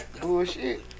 Bullshit